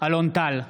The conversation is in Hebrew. אלון טל,